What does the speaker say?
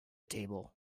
table